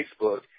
Facebook